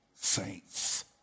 saints